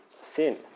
sin